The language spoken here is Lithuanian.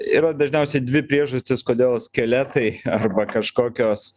yra dažniausiai dvi priežastys kodėl skeletai arba kažkokios